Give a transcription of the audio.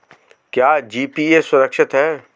क्या जी.पी.ए सुरक्षित है?